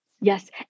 Yes